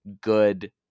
good